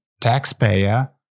taxpayer